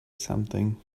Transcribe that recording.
something